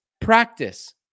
practice